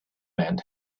man